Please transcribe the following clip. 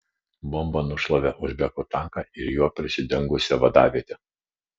bomba nušlavė uzbekų tanką ir juo prisidengusią vadavietę